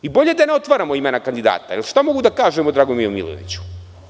Bolje da ne otvaramo imena kandidata, jer šta mogu da kažem o Dragomiru Milojeviću?